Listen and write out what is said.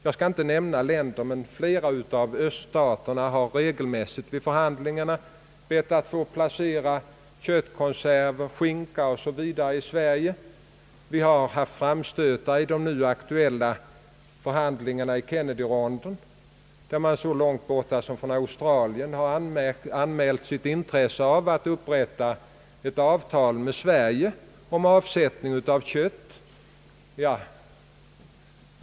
Jag skall inte nämna några länder, men flera av öÖststaterna har regelmässigt vid förhandlingarna bett att få placera köttkonserver, skinka o. s. v. i Sverige. Det har gjorts framstötar vid de nu aktuella förhandlingarna i Kennedyronden, där man så lårgt bort som från Australien har anmält sitt intresse av att upprätta ett avtal med Sverige om avsättning av kött.